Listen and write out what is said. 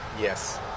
Yes